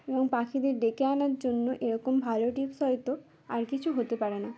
এবং পাখিদের ডেকে আনার জন্য এরকম ভালো টিপস হয়তো আর কিছু হতে পারে না